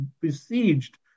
besieged